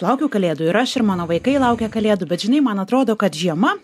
laukiau kalėdų ir aš ir mano vaikai laukia kalėdų bet žinai man atrodo kad žiema